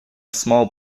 small